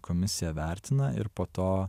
komisija vertina ir po to